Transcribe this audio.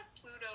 Pluto